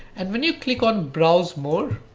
and when you click on browse more,